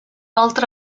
altre